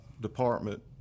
department